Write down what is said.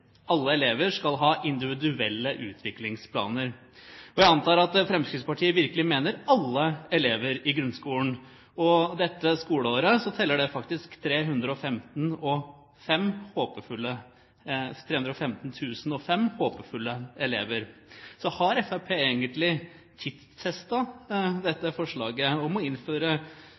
alle elever skal ha individuelle utviklingsplaner. Jeg antar at Fremskrittspartiet virkelig mener alle elever i grunnskolen, og dette skoleåret teller det faktisk 615 005 håpefulle elever. Har Fremskrittspartiet egentlig tidstestet dette forslaget om å innføre